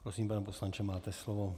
Prosím, pane poslanče, máte slovo.